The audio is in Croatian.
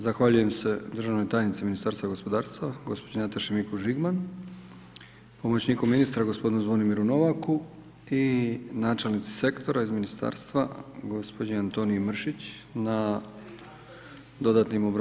Zahvaljujem se državnoj tajnici Ministarstva gospodarstva gospođi Nataši Mikuš Žigman, pomoćniku ministra gospodinu Zvonimiru Novaka i načelnici sektora iz ministarstva gospođi Antoniji Mršić na dodatnim obrazloženjima.